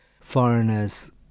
foreigners